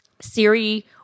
Siri